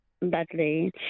badly